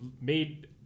made